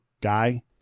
guy